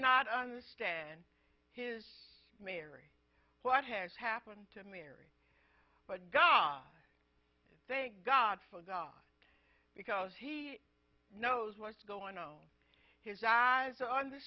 not understand his mary what has happened to mary but god thank god for god because he knows what's going on his eyes are